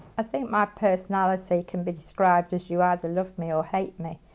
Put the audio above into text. think my personality can be described as, you either love me or hate me,